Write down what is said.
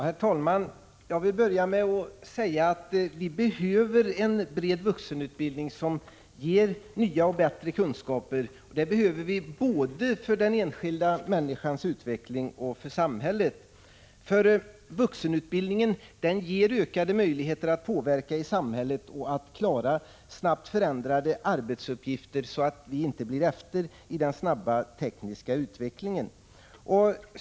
Herr talman! Jag vill börja med att säga att det behövs en bred vuxenutbildning som ger nya och bättre kunskaper, både för den enskilda människans utveckling och för samhället. Vuxenutbildningen ger människor ökade möjligheter att påverka i samhället och att klara snabbt förändrade arbetsuppgifter, så att vi i Sverige inte blir efter i den snabba tekniska 61 utvecklingen.